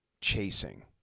chasing